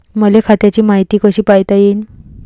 मले खात्याची मायती कशी पायता येईन?